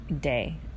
day